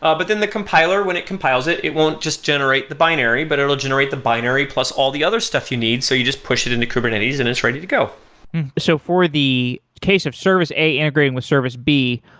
ah but then the compiler when it compiles it, it won't just generate the binary but it'll generate the binary plus all the other stuff you need, so you push it into kubernetes and it's ready to go so for the case of service a integrating with service b,